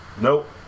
Nope